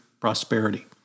prosperity